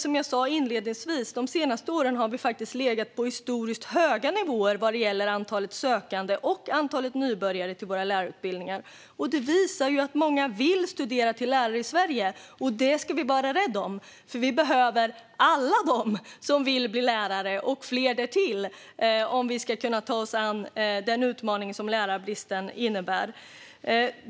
Som jag sa inledningsvis har vi de senaste åren faktiskt legat på historiskt höga nivåer vad gäller antalet sökande och antalet nybörjare till våra lärarutbildningar. Det visar att många vill studera till lärare i Sverige, och det ska vi vara rädda om. Vi behöver alla som vill bli lärare och fler därtill om vi ska kunna ta oss an den utmaning som lärarbristen innebär.